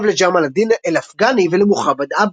לג'מאל א-דין אל-אפגאני ולמוחמד עבדו.